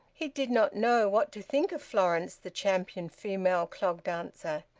he did not know what to think of florence, the champion female clog-dancer.